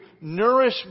nourish